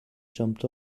jumped